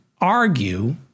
argue